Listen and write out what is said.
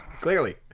Clearly